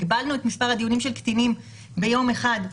הגבלנו את מספר הדיונים של קטינים ביום אחד,